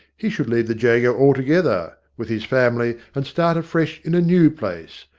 he should leave the jago altogether, with his family, and start afresh in a new place,